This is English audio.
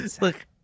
Look